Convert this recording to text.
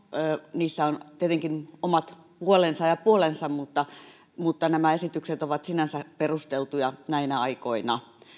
niissä on tietenkin omat puolensa ja puolensa mutta mutta nämä esitykset ovat sinänsä perusteltuja näinä aikoina